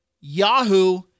Yahoo